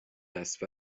است